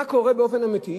מה קורה באופן אמיתי?